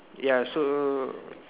ya so